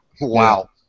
wow